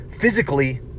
physically